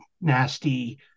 nasty